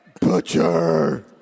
Butcher